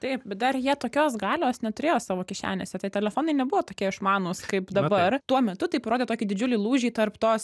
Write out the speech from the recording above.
taip bet dar jie tokios galios neturėjo savo kišenėse tie telefonai nebuvo tokie išmanūs kaip dabar tuo metu tai parodė tokį didžiulį lūžį tarp tos